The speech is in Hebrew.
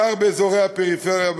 בעיקר באזורי הפריפריה,